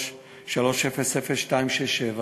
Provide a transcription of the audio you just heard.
03.300.267,